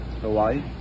Hawaii